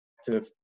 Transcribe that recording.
active